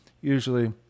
Usually